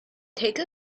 take